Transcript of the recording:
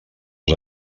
els